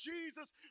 Jesus